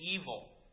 evil